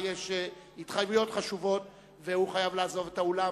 יש התחייבויות חשובות והוא חייב לעזוב את האולם.